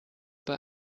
bei